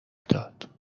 داد